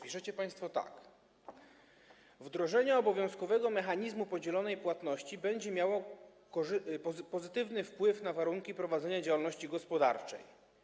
Piszecie państwo tak: Wdrożenie obowiązkowego mechanizmu podzielonej płatności będzie miało pozytywny wpływ na warunki prowadzenia działalności gospodarczej.